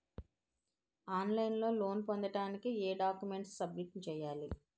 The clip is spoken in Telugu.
ఆన్ లైన్ లో లోన్ పొందటానికి ఎం డాక్యుమెంట్స్ సబ్మిట్ చేయాలి?